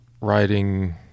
writing